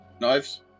Knives